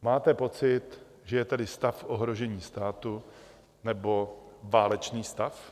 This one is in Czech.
Máte pocit, že je tady stav ohrožení státu nebo válečný stav?